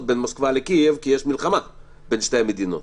בין מוסקבה לקייב בשל המלחמה בין רוסיה לאוקרינה.